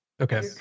okay